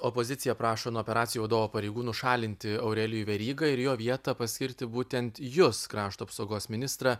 opozicija prašo nuo operacijų vadovo pareigų nušalinti aurelijų verygą ir į jo vietą paskirti būtent jus krašto apsaugos ministrą